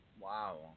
Wow